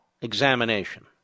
examination